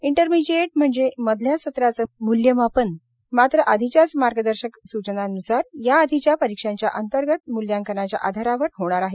intermediate म्हणजे मधल्या सत्राचं मूल्यांकन मात्र आधीच्याच मार्गदर्शक स्चनांन्सार याआधीच्या परीक्षांच्या अंतर्गत म्ल्यांकनाच्या आधारावर होणार आहे